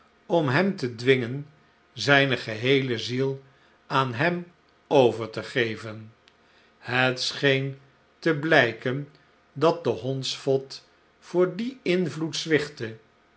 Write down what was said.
om hem te dwingen zijne geheele ziel aan hem over te geven het scheen te blijken dat de hondsvot voor dien invloed